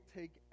take